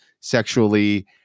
sexually